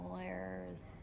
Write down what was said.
lawyers